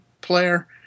player